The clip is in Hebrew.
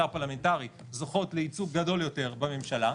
פרלמנטרי זוכות לייצוג גדול יותר בממשלה.